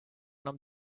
enam